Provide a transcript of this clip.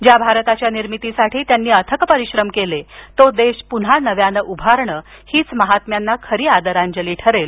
ज्या भारताच्या निर्मितीसाठी त्यांनी अथक परिश्रम केले तो देश उभारणं हीच या महात्म्यांना खरी आदरांजली ठरेल